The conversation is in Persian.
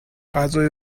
غذای